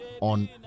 on